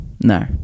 No